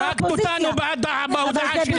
הרגעת אותנו בהודעה שלך.